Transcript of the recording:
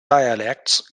dialects